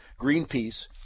Greenpeace